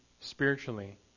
spiritually